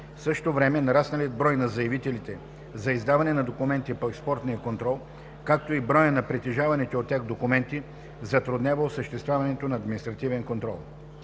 В същото време нарасналият брой на заявителите за издаване на документи по експортния контрол, както и броят на притежаваните от тях документи затруднява осъществяването на административен контрол.